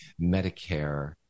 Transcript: Medicare